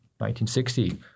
1960